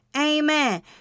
Amen